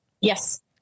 Yes